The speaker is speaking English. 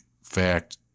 fact